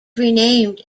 renamed